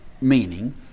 meaning